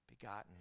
begotten